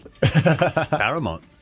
Paramount